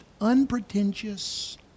unpretentious